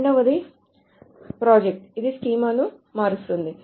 రెండవది ప్రాజెక్ట్ అది స్కీమాను మారుస్తుంది